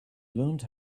learned